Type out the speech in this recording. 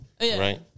Right